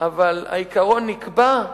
אבל העיקרון נקבע,